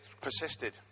persisted